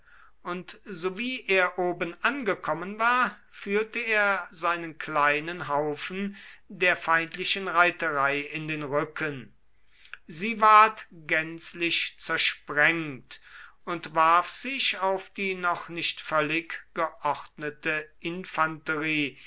und sowie er oben angekommen war führte er seinen kleinen haufen der feindlichen reiterei in den rücken sie ward gänzlich zersprengt und warf sich auf die noch nicht völlig geordnete infanterie